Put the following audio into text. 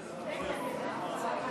בעצמך,